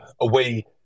away